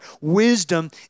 wisdom